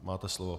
Máte slovo.